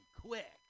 quick